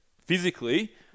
physically